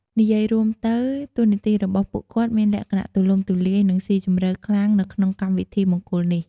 និយាយរួមទៅ តួនាទីរបស់ពួកគាត់មានលក្ខណៈទូលំទូលាយ និងស៊ីជម្រៅខ្លាំងនៅក្នុងកម្មវិធីមង្គលនេះ។